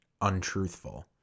untruthful